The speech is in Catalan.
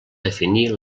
definir